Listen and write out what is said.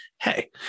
hey